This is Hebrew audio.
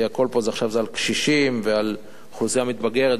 כי הכול פה זה עכשיו על קשישים ועל אוכלוסייה מתבגרת,